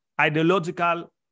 ideological